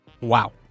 Wow